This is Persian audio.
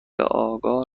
آگاه